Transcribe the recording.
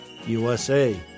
USA